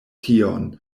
tion